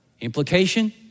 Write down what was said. Implication